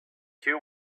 two